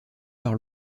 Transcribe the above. par